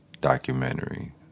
documentary